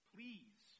Please